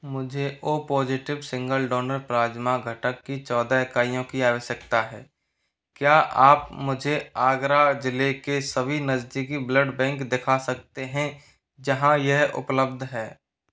मुझे O positive single donor plasma घटक की चौदह इकाइयों की आवश्यकता है क्या आप मुझे आगरा जिले के सभी नज़दीकी ब्लड बैंक दिखा सकते हैं जहाँ यह उपलब्ध है